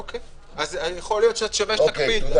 אוקיי, אז יכול ששווה שתקפיד.